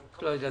אתה לא יודע.